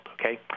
okay